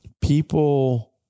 people